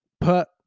put